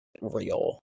real